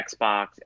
Xbox